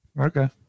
okay